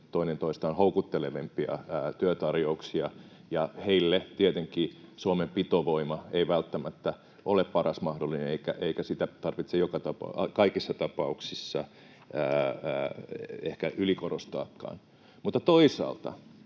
toinen toistaan houkuttelevampia työtarjouksia. Heille tietenkään Suomen pitovoima ei välttämättä ole paras mahdollinen, eikä sitä tarvitse kaikissa tapauksissa ehkä ylikorostaakaan. Mutta